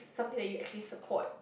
something that you actually support